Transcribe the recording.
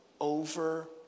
over